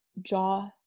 jaw